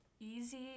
easy